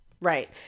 right